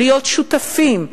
להיות שותפים,